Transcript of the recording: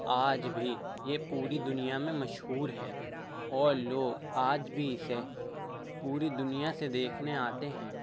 آج بھی یہ پوری دنیا میں مشہور ہے اور لوگ آج بھی اسے پوری دنیا سے دیکھنے آتے ہیں